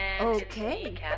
Okay